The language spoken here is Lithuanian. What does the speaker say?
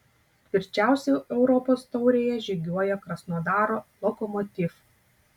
tvirčiausiai europos taurėje žygiuoja krasnodaro lokomotiv